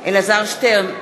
אלעזר שטרן,